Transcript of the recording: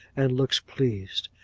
and looks pleased.